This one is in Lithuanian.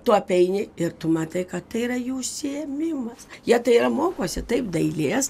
tu apeini ir tu matai kad tai yra jų užsiėmimas jie tai yra mokosi taip dailės